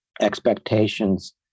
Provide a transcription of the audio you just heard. expectations